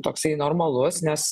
toksai normalus nes